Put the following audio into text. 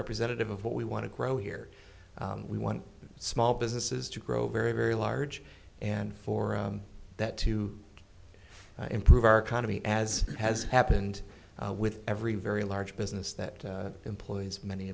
representative of what we want to grow here we want small businesses to grow very very large and for that to improve our economy as has happened with every very large business that employs many